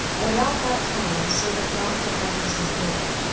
at about that time a servant knocked at my niece's door,